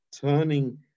turning